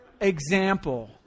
example